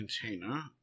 container